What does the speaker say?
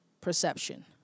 perception